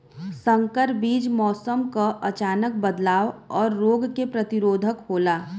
संकर बीज मौसम क अचानक बदलाव और रोग के प्रतिरोधक होला